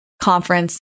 conference